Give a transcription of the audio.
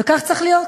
וכך צריך להיות.